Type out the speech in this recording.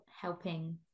helping